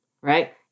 right